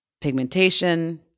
pigmentation